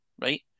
right